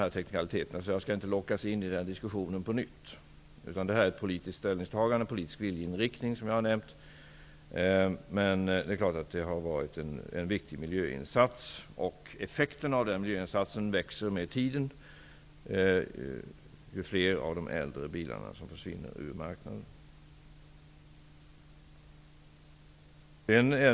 Jag skall inte på nytt lockas in i den diskussionen, utan här är det, som nämnts, fråga om ett politiskt ställningstagande, en politisk viljeinriktning. Men det är klart att detta har varit en viktig miljöinsats. Effekten av denna växer med tiden, allteftersom allt fler av de äldre bilarna försvinner från marknaden.